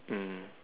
mm